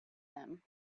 them